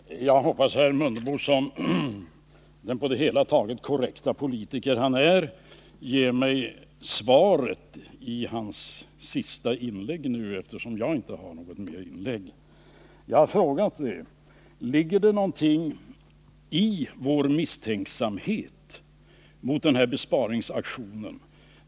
Herr talman! Jag hoppas att Ingemar Mundebo som den på det hela taget korrekte politiker han är ger mig svaret på min fråga i sin sista replik — själv har jag inte några flera inlägg. Jag har alltså frågat: Ligger det någonting i vår misstänksamhet mot den här besparingsaktionen?